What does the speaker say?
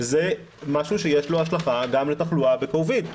זה משהו שיש לו השלכה גם לתחלואה ב-covid,